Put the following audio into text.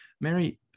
Mary